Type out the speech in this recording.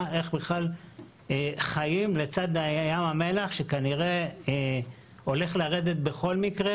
איך בכלל חיים לצד ים המלח שכנראה הולך לרדת בכל מקרה.